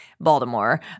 Baltimore